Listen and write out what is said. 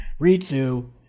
Ritsu